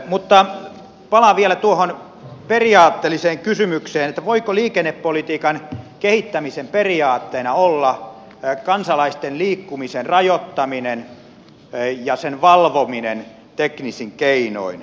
mutta palaan vielä tuohon periaatteelliseen kysymykseen voiko liikennepolitiikan kehittämisen periaatteena olla kansalaisten liikkumisen rajoittaminen ja sen valvominen teknisin keinoin